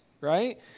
right